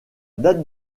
date